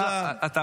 השר אמסלם,